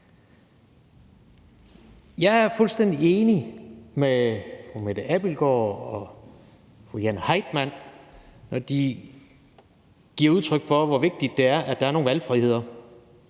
Jeg er fuldstændig enig med fru Mette Abildgaard og fru Jane Heitmann, når de giver udtryk for, hvor vigtigt det er, at der er noget valgfrihed